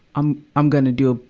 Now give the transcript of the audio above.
i'm, i'm gonna do,